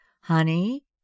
honey